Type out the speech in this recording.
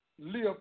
live